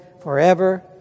forever